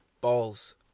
Balls